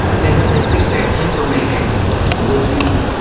then at least that information would be